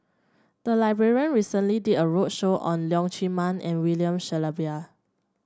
the library recently did a roadshow on Leong Chee Mun and William Shellabear